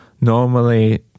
normally